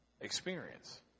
experience